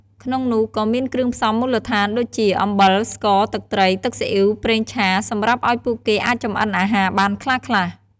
ក្នុងនោះក៏មានគ្រឿងផ្សំមូលដ្ឋាន ដូចជា អំបិល ស្ករ ទឹកត្រី ទឹកស៊ីអុីវ ប្រេងឆា សម្រាប់ឱ្យពួកគេអាចចម្អិនអាហារបានខ្លះៗ។